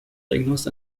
diagnosed